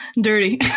dirty